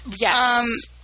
Yes